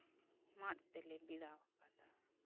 ᱢᱟᱫ ᱛᱮᱞᱮ ᱵᱮᱲᱟᱣ ᱟᱠᱟᱫᱟ